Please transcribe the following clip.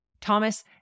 Thomas